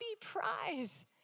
prize